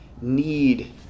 need